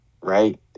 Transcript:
right